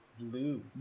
Blue